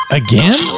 again